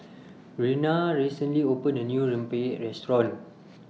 Reyna recently opened A New Rempeyek Restaurant